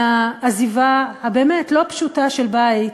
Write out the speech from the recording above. מהעזיבה הבאמת-לא-פשוטה, של בית,